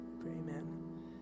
Amen